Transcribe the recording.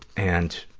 and